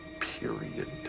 Period